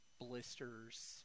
blisters